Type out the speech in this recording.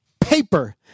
paper